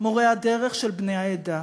מורי הדרך של בני העדה?